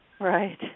right